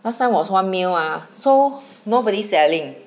last time was one mil mah so nobody selling